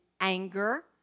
anger